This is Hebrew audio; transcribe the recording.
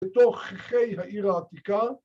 בתוככי העיר העתיקה